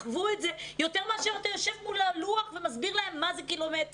הם יחוו את זה יותר מאשר תשב מול הלוח ותסביר להם מה זה קילומטר.